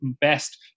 best